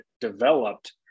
developed